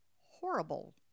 horrible